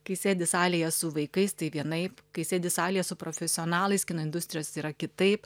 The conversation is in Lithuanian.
kai sėdi salėje su vaikais tai vienaip kai sėdi salėje su profesionalais kino industrijos yra kitaip